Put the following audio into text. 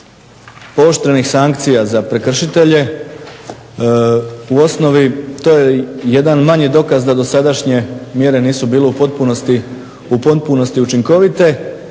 pooštrenih sankcija za prekršitelje. U osnovi to je jedan manje dokaz da dosadašnje mjere nisu bile u potpunosti učinkovite,